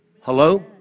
Hello